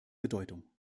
bedeutung